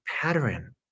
pattern